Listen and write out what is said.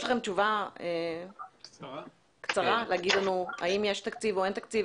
יש לכם תשובה להגיד לנו האם יש תקציב או אין תקציב?